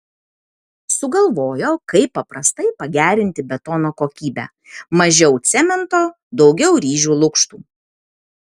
sugalvojo kaip paprastai pagerinti betono kokybę mažiau cemento daugiau ryžių lukštų